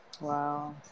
Wow